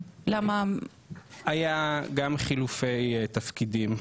היה גם חילופי תפקידים,